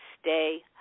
stay